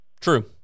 True